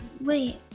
wait